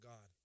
God